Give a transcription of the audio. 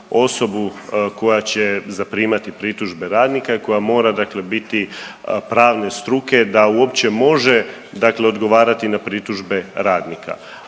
osobu koja će zaprimati pritužbe radnike, koja mora dakle biti pravne struke da uopće može dakle odgovarati na pritužbe radnika.